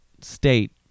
state